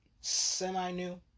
semi-new